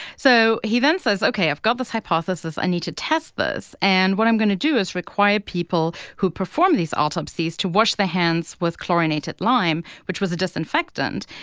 so he then says ok, i've got this hypothesis. i need to test this. and what i'm going to do is require people who perform these autopsies to wash their hands with chlorinated lime, which was a disinfectant.